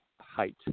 height